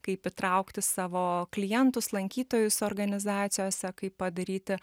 kaip įtraukti savo klientus lankytojus organizacijose kaip padaryti